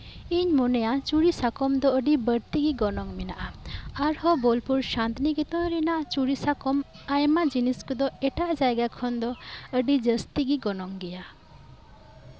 ᱤᱧᱤᱧ ᱢᱚᱱᱮᱭᱟ ᱪᱩᱲᱤ ᱥᱟᱠᱚᱢ ᱫᱚ ᱟᱹᱰᱤ ᱵᱟᱹᱲᱛᱤ ᱜᱮ ᱜᱚᱱᱚᱝ ᱢᱮᱱᱟᱜᱼᱟ ᱟᱨᱦᱚᱸ ᱵᱳᱞᱯᱩᱨ ᱥᱟᱱᱛᱤᱱᱤᱠᱮᱛᱚᱱ ᱨᱮᱱᱟᱜ ᱪᱩᱲᱤ ᱥᱟᱠᱚᱢ ᱟᱭᱢᱟ ᱡᱤᱱᱤᱥ ᱠᱚᱫᱚ ᱮᱴᱟᱜ ᱡᱟᱭᱜᱟ ᱠᱷᱚᱱ ᱫᱚ ᱟᱹᱰᱤ ᱡᱟᱹᱥᱛᱤ ᱜᱮ ᱜᱚᱱᱚᱝ ᱜᱮᱭᱟ